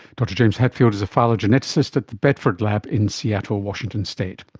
dr james hadfield is a phylogeneticist at the bedford lab in seattle, washington state.